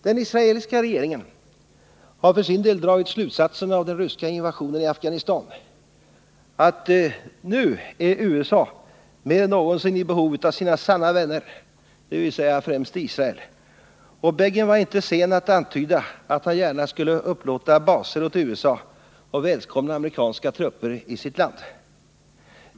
Den israeliska regeringen har för sin del dragit slutsatsen av den ryska invasionen i Afghanistan, att nu är USA mer än någonsin i behov av sina sanna vänner — dvs. främst Israel — och Begin var inte sen att antyda att han gärna skulle upplåta baser åt USA och välkomna amerikanska trupper i sitt land.